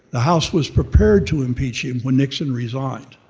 the house was preparing to impeach him when nixon resigned.